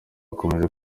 hakomeje